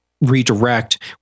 redirect